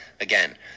again